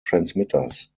transmitters